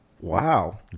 Wow